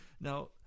Now